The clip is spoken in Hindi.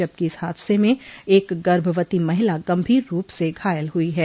जबकि इस हादसे में एक गर्भवती महिला गम्भीर रूप से घायल हुई है